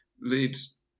leads